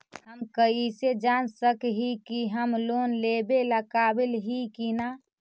हम कईसे जान सक ही की हम लोन लेवेला काबिल ही की ना?